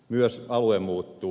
myös alue muuttuu